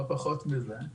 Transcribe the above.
לא פחות מזה,